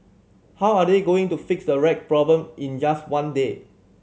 how are they going to fix the rat problem in just one day